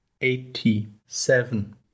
Eighty-seven